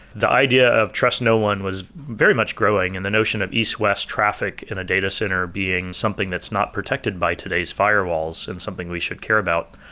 the idea of trust no one was very much growing in the notion of east-west traffic in a data center being something that's not protected by today's firewalls and something we should care about.